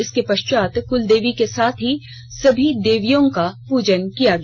इसके पश्चात कुल देवी के साथ ही सभी देवियों का पूजन किया गया